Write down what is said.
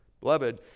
Beloved